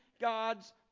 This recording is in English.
God's